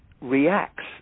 reacts